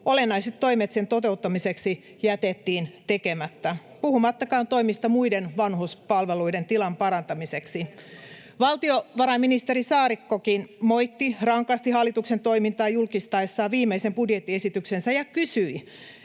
olennaiset toimet sen toteuttamiseksi jätettiin tekemättä, puhumattakaan toimista muiden vanhuspalveluiden tilan parantamiseksi. [Antti Lindtman: Mikäs teidän kantanne on?] Valtiovarainministeri Saarikkokin moitti rankasti hallituksen toimintaa julkistaessaan viimeisen budjettiesityksensä ja kysyi,